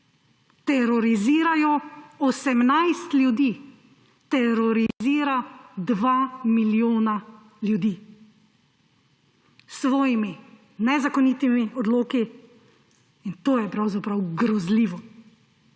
Terorizirajo! 18 ljudi terorizira dva milijona ljudi s svojimi nezakonitimi odloki in to je pravzaprav grozljivo.